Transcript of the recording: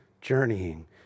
journeying